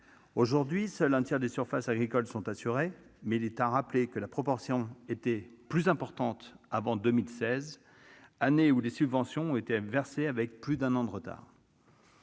Aujourd'hui, seul un tiers des surfaces agricoles est assuré. Il faut rappeler que cette proportion était plus importante avant 2016, année lors de laquelle les subventions ont été versées avec plus d'un an de retard.